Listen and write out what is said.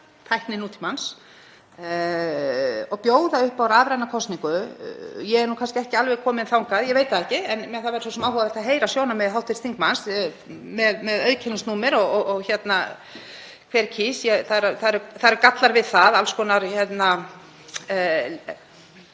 að nýta tækni nútímans og bjóða upp á rafræna kosningu? Ég er kannski ekki alveg komin þangað, ég veit það ekki. En það væri svo sem áhugavert að heyra sjónarmið hv. þingmanns með auðkennisnúmer og hver kýs. Það eru gallar við það, alls konar